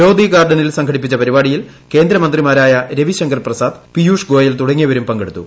ലോദി ഗാർഡനിൽ സംഘടിപ്പിച്ച പരിപാടിയിൽ കേന്ദ്രമന്ത്രിമാരായ രവിശങ്കർ പ്രസാദ് പീയുഷ്ഗോയൽ തുടങ്ങിയവരും പങ്കെടുത്തു